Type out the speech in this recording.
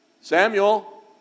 Samuel